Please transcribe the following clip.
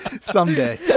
Someday